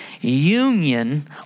Union